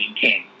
King